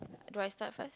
do I start first